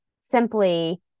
simply